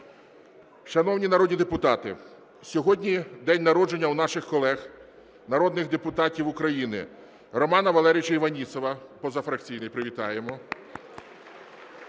Шановні народні депутати, сьогодні день народження у наших колег народних депутатів України. Романа Валерійовича Іванісова, позафракційний. Привітаємо.